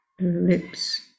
lips